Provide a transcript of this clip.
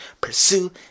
pursue